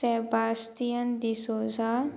Sebastian D'Souza